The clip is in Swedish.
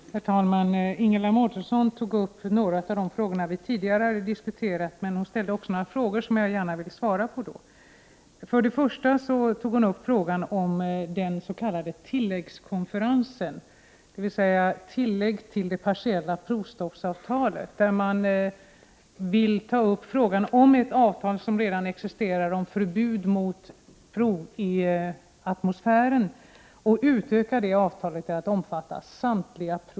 Herr talman! Ingela Mårtensson tog upp några av de frågor vi tidigare behandlat, men hon ställde också några nya frågor, som jag gärna vill svara på. Först tog hon upp frågan om den s.k. tilläggskonferensen, dvs. om tillägg till det partiella provstoppsavtalet. Man vill utöka ett avtal som redan existerar om förbud mot prov i atmosfären till att omfatta samtliga prov.